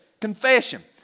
confession